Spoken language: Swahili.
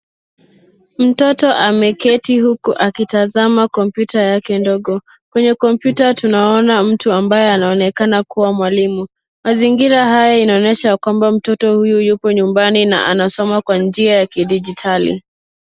Mtoto ameketi huku akitazama kompyuta yake ndogo. Kwenye kompyuta tunaona mtu ambaye anaonekana kuwa mwalimu. Mazingira haya inaonyesha mtoto huyu yuko nyumbani na anasoma kwa njia ya kidijitali.